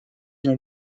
une